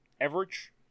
average